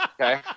Okay